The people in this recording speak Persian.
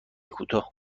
کوتاه